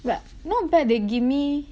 but not bad they give me